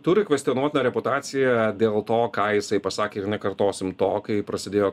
turi kvestionuotiną reputaciją dėl to ką jisai pasakė ir nekartosim to kai prasidėjo